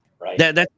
Right